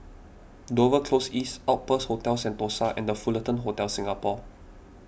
Dover Close East Outpost Hotel Sentosa and the Fullerton Hotel Singapore